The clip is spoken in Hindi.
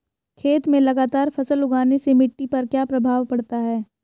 खेत में लगातार फसल उगाने से मिट्टी पर क्या प्रभाव पड़ता है?